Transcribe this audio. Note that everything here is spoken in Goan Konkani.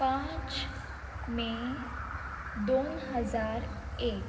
पांच मे दोन हजार एक